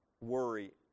worry